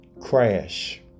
crash